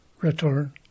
return